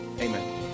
Amen